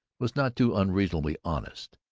was not too unreasonably honest.